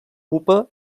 pupa